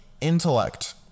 intellect